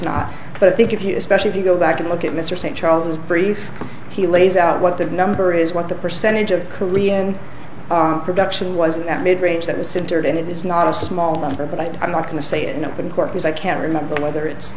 not but i think if you especially if you go back and look at mr st charles brief he lays out what that number is what the percentage of korean production was at midrange that was centered and it is not a small number but i'm not going to say it in open court because i can't remember whether it's